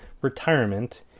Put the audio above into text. retirement